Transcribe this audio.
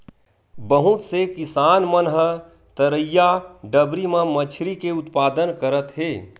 बहुत से किसान मन ह तरईया, डबरी म मछरी के उत्पादन करत हे